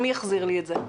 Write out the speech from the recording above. מי יחזיר לי את זה?